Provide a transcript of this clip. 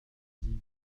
dix